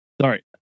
Sorry